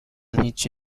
هیچی